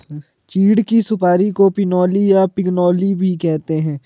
चीड़ की सुपारी को पिनोली या पिगनोली भी कहते हैं